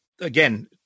again